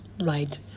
right